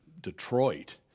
Detroit